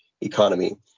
economy